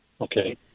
Okay